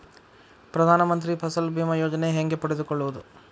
ಪ್ರಧಾನ ಮಂತ್ರಿ ಫಸಲ್ ಭೇಮಾ ಯೋಜನೆ ಹೆಂಗೆ ಪಡೆದುಕೊಳ್ಳುವುದು?